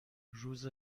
روز